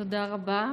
תודה רבה.